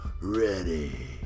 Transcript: Ready